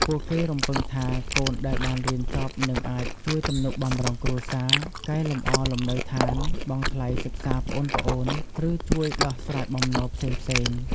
ពួកគេរំពឹងថា កូនដែលបានរៀនចប់នឹងអាចជួយទំនុកបម្រុងគ្រួសារ កែលម្អលំនៅឋាន បង់ថ្លៃសិក្សាប្អូនៗ ឬជួយដោះស្រាយបំណុលផ្សេងៗ។